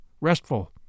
restful